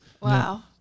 Wow